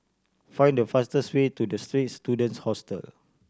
find the fastest way to The Straits Students Hostel